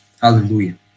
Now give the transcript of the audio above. Hallelujah